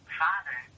father